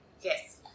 yes